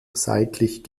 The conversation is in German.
seitlich